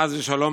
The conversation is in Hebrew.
חס ושלום,